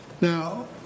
Now